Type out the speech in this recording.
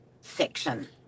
section